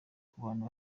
kubantu